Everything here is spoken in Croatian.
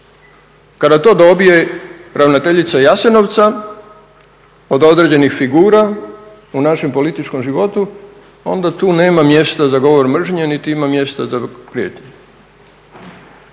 Kada to dobije ravnateljica Jasenovca od određenih figura u našem političkom životu onda tu nema mjesta za govor mržnje niti ima mjesta za prijetnju.